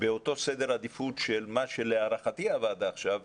באותו סדר עדיפות של מה שלהערכתי הוועדה עכשיו דנה בו,